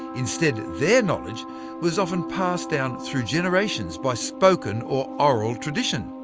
instead, their knowledge was often passed down through generations by spoken, or oral tradition.